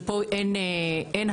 שפה אין הסכמה.